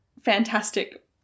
fantastic